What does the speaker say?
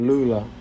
Lula